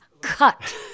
cut